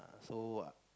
so